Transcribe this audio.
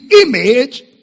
image